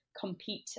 compete